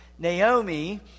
Naomi